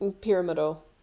pyramidal